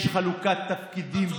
יש חלוקת תפקידים בינינו,